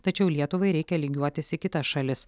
tačiau lietuvai reikia lygiuotis į kitas šalis